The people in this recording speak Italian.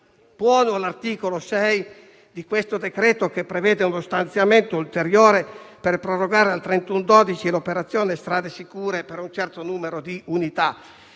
Buono è l'articolo 6 del decreto, che prevede uno stanziamento ulteriore per la proroga fino al 31 dicembre dell'operazione Strade sicure per un certo numero di unità.